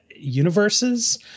Universes